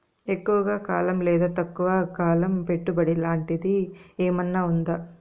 ఎక్కువగా కాలం లేదా తక్కువ కాలం పెట్టుబడి లాంటిది ఏమన్నా ఉందా